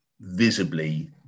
visibly